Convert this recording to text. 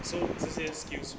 so 之些 skills